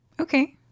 Okay